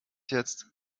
jetzt